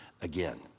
again